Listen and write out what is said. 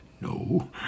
No